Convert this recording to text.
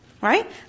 Right